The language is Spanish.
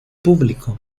público